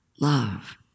Love